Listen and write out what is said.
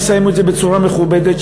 יסיימו את זה בצורה מכובדת,